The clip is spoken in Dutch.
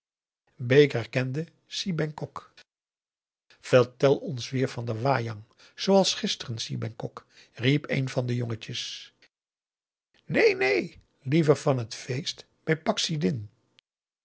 bake herkende si bengkok vertel ons weer van den wayang zooals gisteren si bengkok riep een van de jongetjes neen neen liever van het feest bij